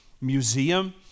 Museum